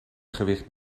gewicht